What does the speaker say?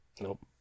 nope